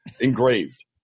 engraved